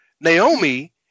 Naomi